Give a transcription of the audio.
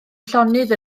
llonydd